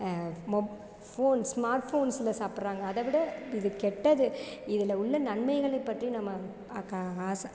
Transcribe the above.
மொப் phones smart ஃபோன்ஸ்சில் சாப்பிட்றாங்க அதைவிட இது கெட்டது இதில் உள்ள நன்மைகளைப் பற்றி நம்ம க ஆசை